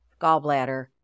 gallbladder